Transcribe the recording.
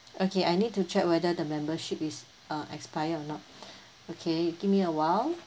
okay I need to check whether the membership is uh expired or not okay give me a while